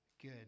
good